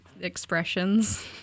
expressions